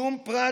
שום פרט,